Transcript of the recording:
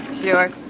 Sure